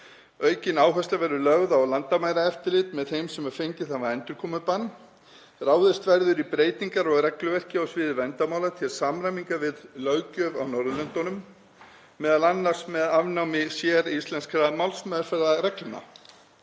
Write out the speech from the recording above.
Aukin áhersla verður lögð á landamæraeftirlit með þeim sem fengið hafa endurkomubann. Ráðist verður í breytingar á regluverki á sviði verndarmála til samræmingar við löggjöf á Norðurlöndunum, m.a. með afnámi séríslenskra málsmeðferðarreglna.